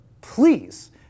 please